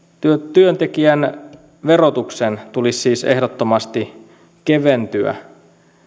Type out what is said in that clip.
työntekijän verotuksen tulisi siis ehdottomasti keventyä